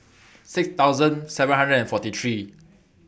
six thousand seven hundred and forty three